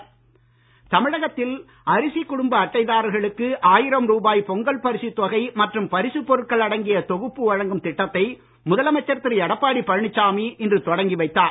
எடப்பாடி தமிழகத்தில் அரிசிக் குடும்ப அட்டைதாரர்களுக்கு ஆயிரம் ரூபாய் பொங்கல் பரிசுத் தொகை மற்றும் பரிசுப் பொருட்கள் அடங்கிய தொகுப்பு வழங்கும் திட்டத்தை முதலமைச்சர் திரு எடப்பாடி பழனிசாமி இன்று தொடங்கி வைத்தார்